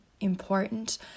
important